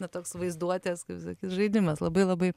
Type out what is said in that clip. na toks vaizduotės kaip sakyti žaidimas labai labai